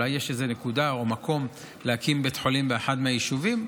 אולי יש איזו נקודה או מקום להקים בית חולים באחד מהיישובים.